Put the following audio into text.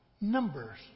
numbers